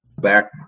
back